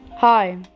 Hi